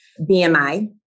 BMI